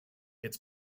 its